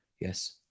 yes